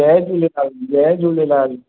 जय झूलेलाल जय झूलेलाल